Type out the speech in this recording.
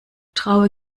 traue